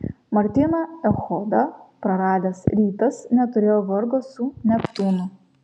martyną echodą praradęs rytas neturėjo vargo su neptūnu